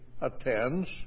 attends